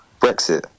brexit